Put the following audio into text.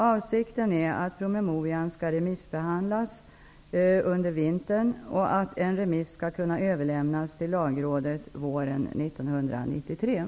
Avsikten är att promemorian skall remissbehandlas under vintern och att en remiss skall kunna överlämnas till lagrådet under våren